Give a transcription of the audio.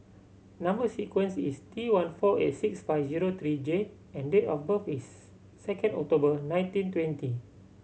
number sequence is T one four eight six five zero three J and date of birth is second October nineteen twenty